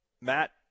Matt